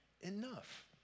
enough